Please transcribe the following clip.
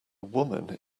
woman